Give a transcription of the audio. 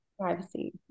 privacy